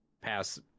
pass